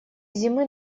зимы